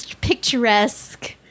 Picturesque